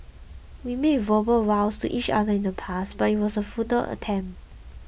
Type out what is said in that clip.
we made verbal vows to each other in the past but it was a futile attempt